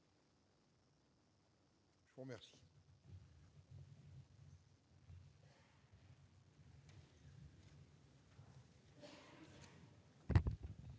Je vous remercie,